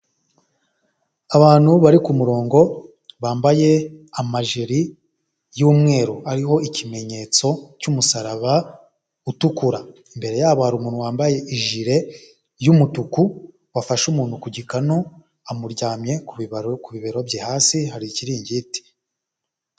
Abantu bari kumurongo bambaye amajeri y'umweru ariho ikimenyetso cy'umusaraba utukura, imbere yabo hari umuntu wambaye ijire y'umutuku wafashe umuntu ku gikanu amuryamye ku bibero bye hasi hari ikiringiti.